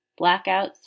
blackouts